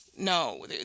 No